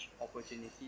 opportunity